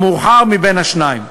המאוחר מבין השניים.